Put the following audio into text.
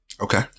Okay